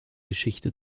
geschichte